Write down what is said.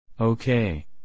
Okay